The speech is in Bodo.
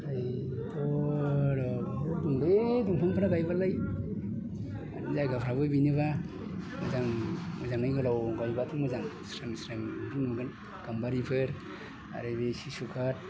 बे दंफांफ्राबो गायोबालाय जायगाफ्राबो बेनोबा गायजोबा मोजाङै गोलाव गायब्ला मोजां स्रां स्रांनो नुगोन गाम्बारिफोर आरो बे सिसुफोर